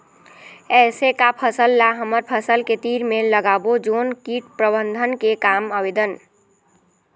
ऐसे का फसल ला हमर फसल के तीर मे लगाबो जोन कीट प्रबंधन के काम आवेदन?